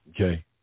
Okay